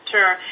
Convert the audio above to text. Sure